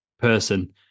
person